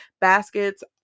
baskets